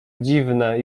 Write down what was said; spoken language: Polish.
dziwne